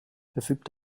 verfügt